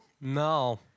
No